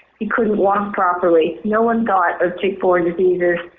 he couldn't walk properly, no one thought of tick-borne diseases.